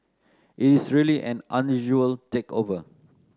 it is really an unusual takeover